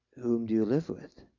whom do you live with?